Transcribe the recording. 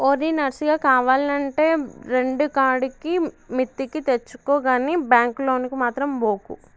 ఓరి నర్సిగా, కావాల్నంటే రెండుకాడికి మిత్తికి తెచ్చుకో గని బాంకు లోనుకు మాత్రం బోకు